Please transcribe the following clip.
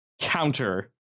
counter